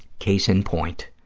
case in point,